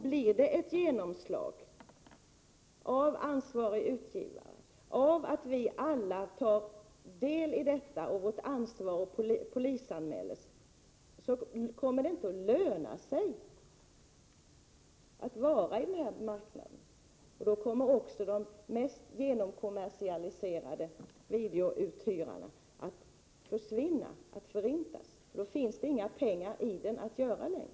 Blir det ett genomslag av ansvarig utgivare och vi alla tar vårt ansvar och polisanmäler, kommer det inte att löna sig att vara på den här marknaden. Då kommer också de mest genomkommersialiserade videouthyrarna att försvinna, för då finns det inga pengar att göra längre.